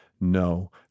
No